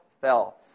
fell